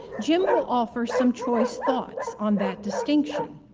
jim will offer some choice thoughts on that distinction.